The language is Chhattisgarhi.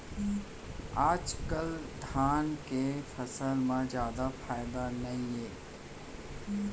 आजकाल धान के फसल म जादा फायदा नइये